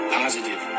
positive